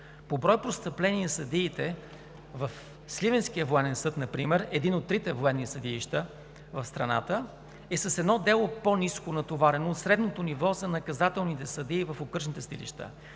По брой постъпления в Сливенския военен съд например – едно от трите военни съдилища в страната, съдиите са с едно дело по-малко натоварени от средното ниво за наказателните съдии в окръжните съдилища;